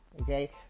Okay